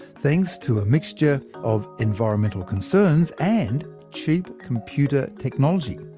thanks to a mixture of environmental concerns and cheap computer technology.